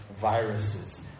viruses